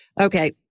Okay